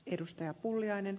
arvoisa puhemies